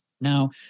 Now